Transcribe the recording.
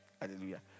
Hallelujah